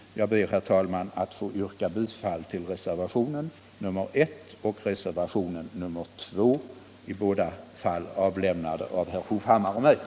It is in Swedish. Jag ber, herr talman, att få yrka bifall till reservationerna 1 och 2, båda avlämnade av herr Hovhammar och mig.